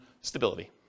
stability